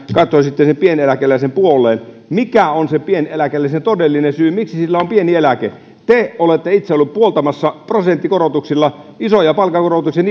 katsoisitte sen pieneläkeläisen puoleen mikä on se todellinen syy miksi sillä on pieni eläke te olette itse olleet puoltamassa prosenttikorotuksilla isoja palkankorotuksia